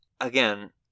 again